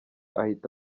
ahita